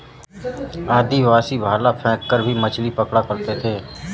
आदिवासी भाला फैंक कर भी मछली पकड़ा करते थे